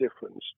difference